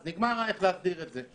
אז נגמר ה"איך להסדיר את זה".